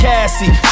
Cassie